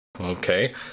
Okay